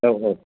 औ औ